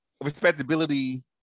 respectability